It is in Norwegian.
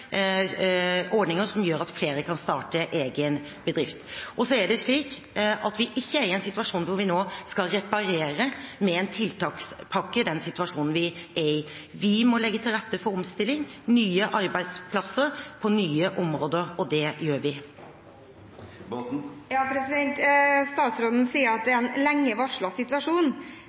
ordninger som gjør at flere kan starte egen bedrift. Og så er det slik at vi ikke er i en situasjon hvor vi nå med en tiltakspakke skal reparere den situasjonen vi er i. Vi må legge til rette for omstilling og nye arbeidsplasser på nye områder – og det gjør vi. Statsråden sier at det